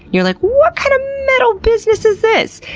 you're like, what kind of metal business is this!